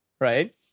right